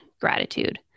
gratitude